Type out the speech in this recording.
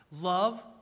Love